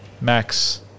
Max